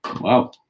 Wow